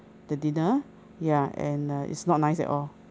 the dinner ya and uh it's not nice at all